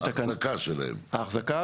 האחזקה שלהם?